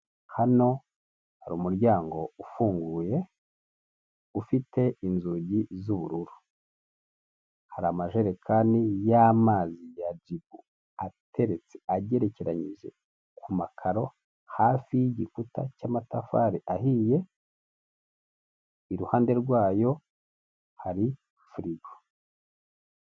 Hano hari umuryango ufunguye ufite inzugi zubururu hari amajerekani yamazi ya jibu ateretse agerekeranije ku makaro hafi yigikuta cyamatafari ahiye iruhande rwayo hari firigo.